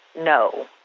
no